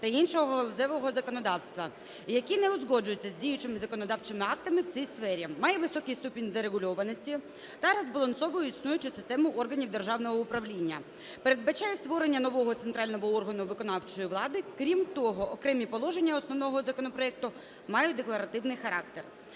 та іншого галузевого законодавства, який не узгоджується з діючими законодавчими актами в цій сфері, має високий ступінь зарегульованості та розбалансовує існуючу систему органів державного управління, передбачає створення нового центрального органу виконавчої влади. Крім того, окремі положення основного законопроекту мають декларативний характер.